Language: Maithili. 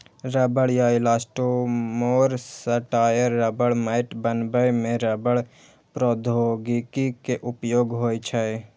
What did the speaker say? रबड़ या इलास्टोमोर सं टायर, रबड़ मैट बनबै मे रबड़ प्रौद्योगिकी के उपयोग होइ छै